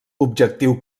objectiu